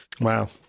wow